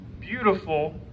beautiful